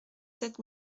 sept